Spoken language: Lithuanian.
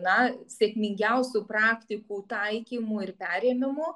na sėkmingiausių praktikų taikymu ir perėmimu